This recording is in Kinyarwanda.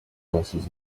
hashize